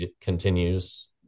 continues